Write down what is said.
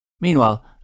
Meanwhile